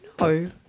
No